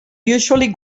usually